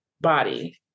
body